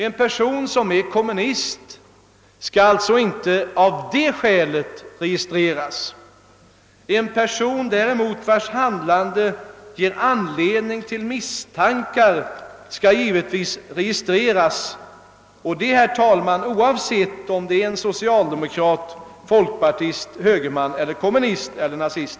En person som är kommunist skall alltså inte av det skälet registreras. En person däremot vars handlande ger anledning till misstankar skall givetvis registreras och detta, herr talman, oavsett om vederbörande är socialdemokrat, folkpartist, högerman, kommunist eller nazist.